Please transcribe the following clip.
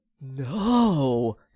No